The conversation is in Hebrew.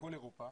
בכל אירופה